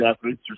athletes